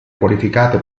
qualificate